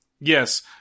Yes